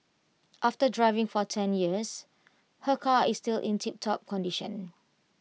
after driving for ten years her car is still in tiptop condition